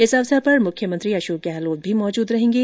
इस अवसर पर मुख्यमंत्री अशोक गहलोत भी मौजुद रहेंगे